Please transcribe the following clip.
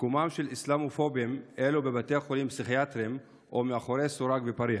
מקומם של אסלאמופובים אלה בבתי חולים פסיכיאטריים או מאחורי סורג ובריח.